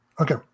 Okay